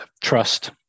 trust